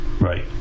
Right